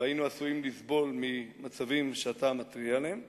והיינו עשויים לסבול ממצבים שאתה מתריע עליהם.